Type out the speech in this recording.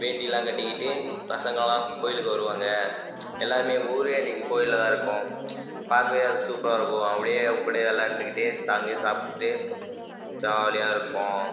வேட்டிலாம் கட்டிக்கிட்டு பசங்கள்லாம் கோயிலுக்கு வருவாங்கள் எல்லாருமே ஊரே அன்னைக்கி கோயிலில் தான் இருக்கும் பார்க்கவே வந்து சூப்பராக இருக்கும் அப்படே அவங்கூடையே விளாண்டுக்கிட்டு அங்கே சாப்பிட்டு ஜாலியாக இருக்கும்